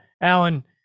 Alan